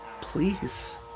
Please